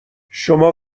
شما